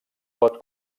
pot